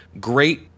great